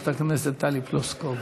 חברת הכנסת טלי פלוסקוב.